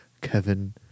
Kevin